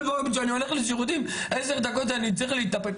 כל פעם שאני הולך לשירותים עשר דקות אני צריך להתאפק,